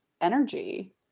energy